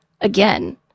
again